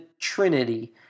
Trinity